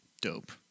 dope